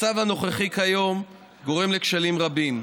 המצב כיום גורם לכשלים רבים.